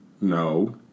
No